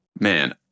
Man